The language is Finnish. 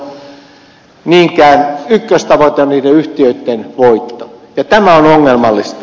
ykköstavoite on yhtiöitten voitto ja tämä on ongelmallista